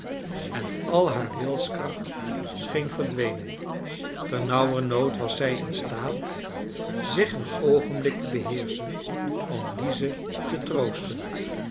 en al haar wilskracht scheen verdwenen ternauwernood was zij instaat zich een oogenblik te beheerschen om lize te troosten